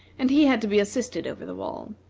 and he had to be assisted over the wall.